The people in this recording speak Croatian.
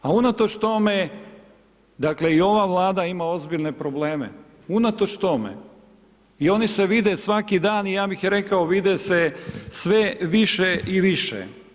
A unatoč tome, dakle, i ova Vlada ima ozbiljne probleme, unatoč tome i oni se vide svaki dan i ja bih rekao vide se sve više i više.